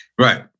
Right